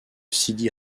sidi